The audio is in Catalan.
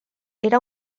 era